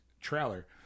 trailer